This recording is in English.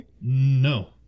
No